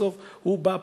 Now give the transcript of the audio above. בסוף הוא בא,